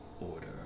order